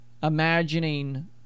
Imagining